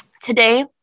today